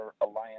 alliance